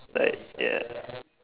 like ya